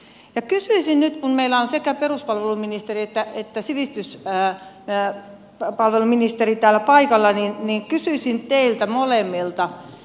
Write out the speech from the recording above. kysyisin nyt kun meillä on sekä peruspalveluministeri että sivistyspalveluministeri täällä paikalla teiltä molemmilta